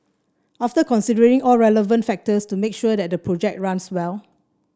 after considering all relevant factors to make sure that the project runs well